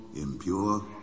impure